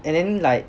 and then like